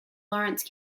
lawrence